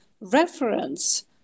reference